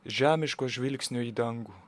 žemiško žvilgsnio į dangų